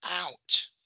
out